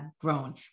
grown